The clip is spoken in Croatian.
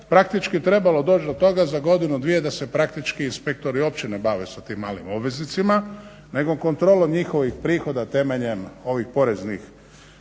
praktički trebalo doći do toga za godinu dvije, da se praktički inspektori općine bave sa tim malim obveznicima, nego kontrolu njihovih prihoda temeljem ovih poreznih